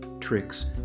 tricks